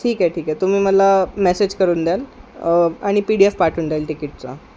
ठीक आहे ठीक आहे तुम्ही मला मेसेज करून द्याल आणि पी डी एफ ठवून द्याल तिकीटचा